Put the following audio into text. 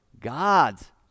God's